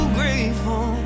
grateful